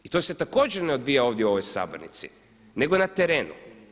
I to se također ne odvija ovdje u ovoj sabornici nego na terenu.